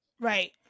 right